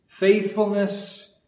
Faithfulness